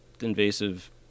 invasive